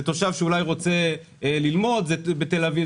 זה תושב שאולי רוצה ללמוד בתל אביב,